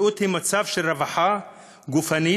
בריאות היא מצב של רווחה גופנית,